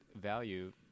value